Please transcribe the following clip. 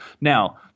Now